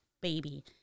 baby